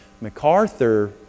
MacArthur